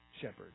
shepherd